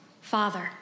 father